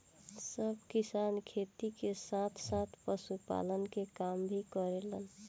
सब किसान खेती के साथ साथ पशुपालन के काम भी करेलन